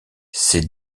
ses